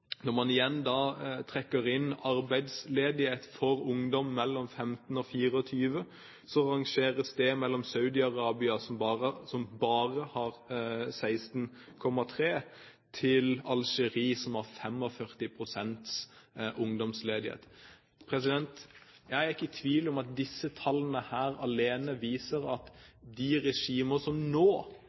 man da trekker inn arbeidsledighet for ungdom mellom 15 og 24 år, så rangeres det mellom Saudi-Arabia, som bare har 16,3 pst., og Algerie, som har 45 pst. ungdomsledighet. Jeg er ikke i tvil om at disse tallene alene viser at de regimer som